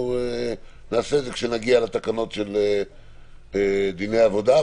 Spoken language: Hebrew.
נעשה את זה כשנגיע לתקנות של דיני עבודה,